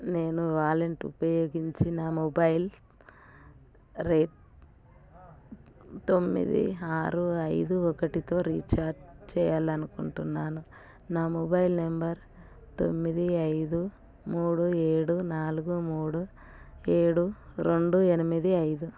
నేను వాలెట్ ఉపయోగించి నా మొబైల్ రేట్ తొమ్మిది ఆరు ఐదు ఒకటితో రీఛార్జ్ చేయాలని అనుకుంటున్నాను నా మొబైల్ నెంబర్ తొమ్మిది ఐదు మూడు ఏడు నాలుగు మూడు ఏడు రెండు ఎనిమిది ఐదు